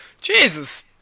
Jesus